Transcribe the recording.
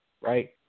right